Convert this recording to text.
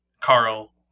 Carl